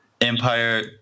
Empire